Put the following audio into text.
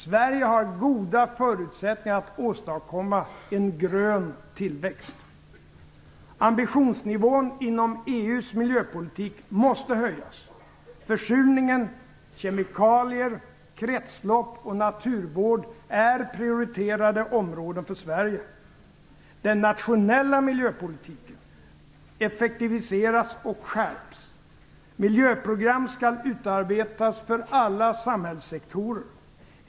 Sverige har goda förutsättningar att åstadkomma en grön tillväxt. Ambitionsnivån inom EU:s miljöpolitik måste höjas. Försurningen, kemikalier, kretslopp och naturvård är prioriterade områden för Sverige. Den nationella miljöpolitiken effektiviseras och skärps. Miljöprogram skall utarbetas för alla samhällssektorer.